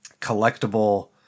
collectible